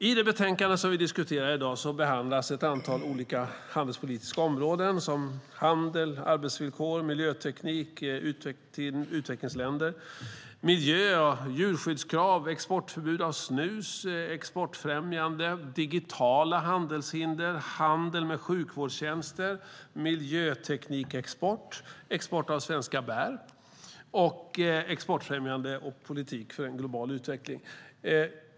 I det betänkande vi diskuterar i dag behandlas ett antal olika handelspolitiska områden som handel och arbetsvillkor, miljöteknik till utvecklingsländer, miljö och djurskyddskrav, exportförbud av snus, exportfrämjande, digitala handelshinder, handel med sjukvårdstjänster, miljöteknikexport, export av svenska bär och exportfrämjande och politik för en global utveckling.